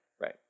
Right